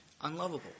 unlovable